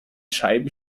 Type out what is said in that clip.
scheiben